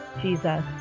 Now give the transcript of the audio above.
Jesus